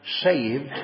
Saved